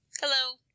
Hello